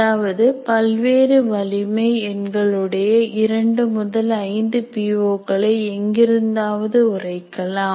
அதாவது பல்வேறு வலிமை எ ண்களுடைய இரண்டு முதல் ஐந்து பி ஓ களை எங்கிருந்தாவது உரைக்கலாம்